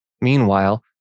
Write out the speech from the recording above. Meanwhile